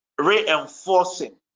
reinforcing